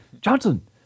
johnson